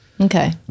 Okay